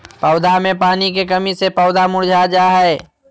पौधा मे पानी के कमी से पौधा मुरझा जा हय